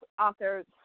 authors